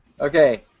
Okay